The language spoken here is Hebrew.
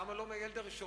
למה לא מהילד הראשון?